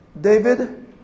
david